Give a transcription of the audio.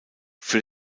für